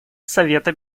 совета